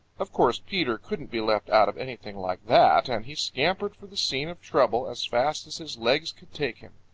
of course, peter couldn't be left out of anything like that, and he scampered for the scene of trouble as fast as his legs could take him.